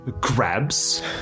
Grabs